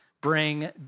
bring